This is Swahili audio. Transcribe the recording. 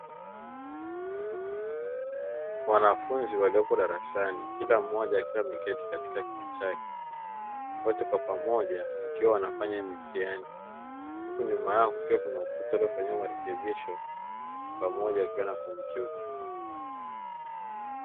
Wanafunzi waliyopo darasani kila mmoja akiwa ameketi katika kiti chake, wote kwa pamoja wakiwa wanafanya mitihani huku nyuma yao kukiwa kuna ukuta uliyofanyiwa marekebisho pamoja wakiwa na kompyuta.